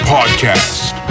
Podcast